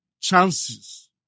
chances